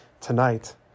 tonight